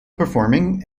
performing